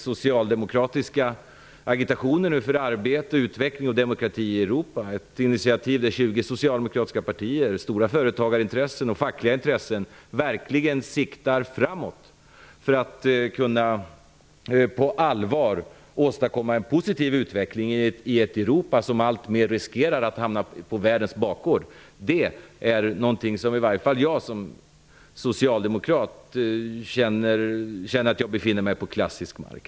Socialdemokraterna agiterar för arbete, utveckling och demokrati i Europa -- ett initiativ där 20 socialdemokratiska partier, stora företagarintressen och fackliga intressen verkligen siktar framåt för att på allvar kunna åstadkomma en positiv utveckling i ett Europa som alltmer riskerar att hamna på världens bakgård. Jag känner som socialdemokrat att jag befinner mig på klassisk mark.